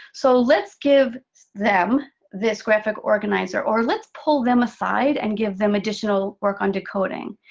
so let's give them this graphic organizer. or let's pull them aside, and give them additional work on decoding.